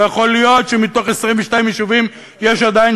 לא יכול להיות שמתוך 22 יישובים יש עדיין